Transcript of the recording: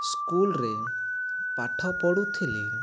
school ରେ ପାଠ ପଢ଼ୁଥିଲି